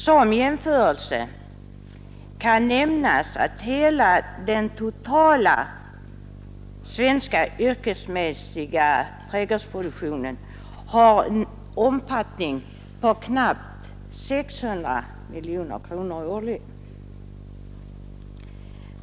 Som jämförelse kan nämnas att den totala svenska yrkesmässiga trädgårdsproduktionen har en omfattning av knappt 600 miljoner kronor årligen.